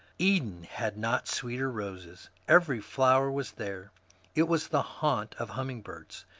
eden had not sweeter roses every flower was there it was the haunt of hummingbirds.